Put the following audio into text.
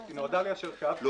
היא נועדה ליישר קו.